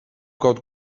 kaut